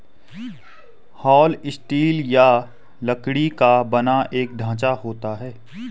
हल स्टील या लकड़ी का बना एक ढांचा होता है